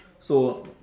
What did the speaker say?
so wha~